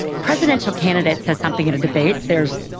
presidential candidate says something in a debate, there's,